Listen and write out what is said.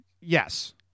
Yes